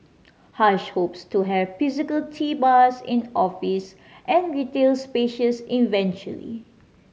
hush hopes to have physical tea bars in offices and retail spaces eventually